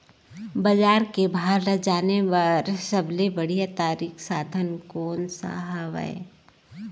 बजार के भाव ला जाने बार सबले बढ़िया तारिक साधन कोन सा हवय?